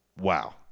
Wow